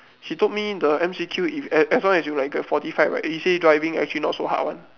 he told me the M_C_Q if as long as you like get forty five right they say driving actually not so hard [one]